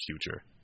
future